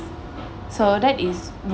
so that is